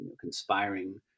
conspiring